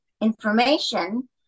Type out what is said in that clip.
information